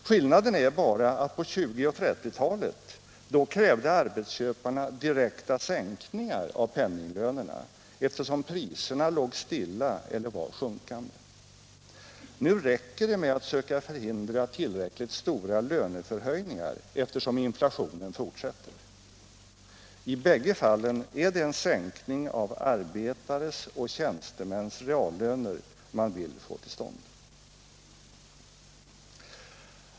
Skillnaden är bara att på 1920 och 1930 talet krävde arbetsköparna direkta sänkningar av penninglönerna, eftersom priserna låg stilla eller var sjunkande. Nu räcker det med att söka förhindra tillräckligt stora lönehöjningar, eftersom inflationen fortsätter. I bägge fallen är det en sänkning av arbetares och tjänstemäns reallöner man vill få till stånd.